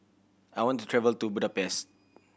I want to travel to Budapest